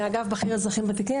אגף בכיר אזרחים ותיקים,